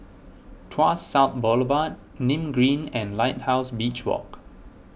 Tuas South Boulevard Nim Green and Lighthouse Beach Walk